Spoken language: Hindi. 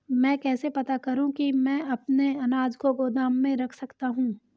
मैं कैसे पता करूँ कि मैं अपने अनाज को गोदाम में रख सकता हूँ?